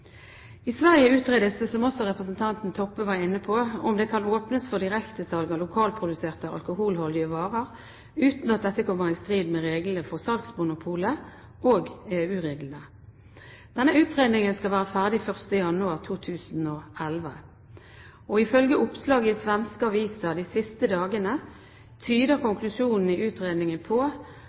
I Sverige utredes det, som også representanten Toppe var inne på, om det kan åpnes for direktesalg av lokalproduserte alkoholholdige varer uten at dette kommer i strid med reglene for salgsmonopolet og EU-reglene. Denne utredningen skal være ferdig 1. januar 2011. Ifølge oppslag i svenske aviser de siste dagene tyder konklusjonen i utredningen på